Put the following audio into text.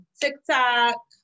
TikTok